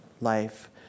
life